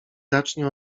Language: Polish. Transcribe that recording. zacznie